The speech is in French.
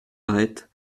bret